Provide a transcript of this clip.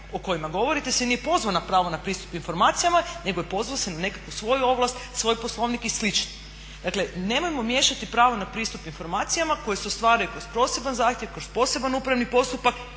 o kojima govorite se nije ni pozvao na pravo na pristup informacijama nego se pozvao na nekakvu svoju ovlast, svoj Poslovnik i slično. Dakle nemojmo miješati pravo na pristup informacijama koje se ostvaruju kroz poseban zahtjev, kroz poseban upravni postupak